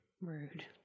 Rude